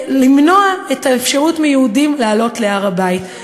למנוע את האפשרות מיהודים לעלות להר-הבית.